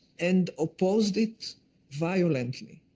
and opposed it violently.